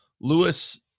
Lewis